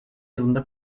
yılında